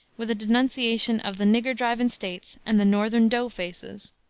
with a denunciation of the nigger-drivin' states and the northern dough-faces,